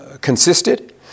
consisted